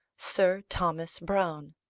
sir thomas browne